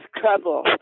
trouble